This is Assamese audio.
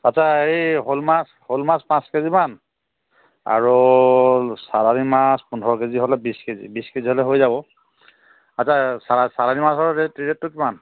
আচ্চা এই শ'ল মাছ শ'ল মাছ পাচ কেজিমান আৰু চালানী মাছ পোন্ধৰ কেজি হ'লে বিশ কেজি বিশ কেজি হ'লে হৈ যাব আচ্চা চালা চালানী মাছৰ ৰেতটো কিমান